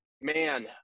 man